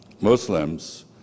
Muslims